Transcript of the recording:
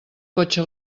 cotxe